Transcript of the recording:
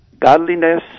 Godliness